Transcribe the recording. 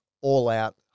all-out